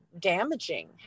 damaging